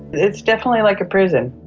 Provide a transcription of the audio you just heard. it's definitely like a prison.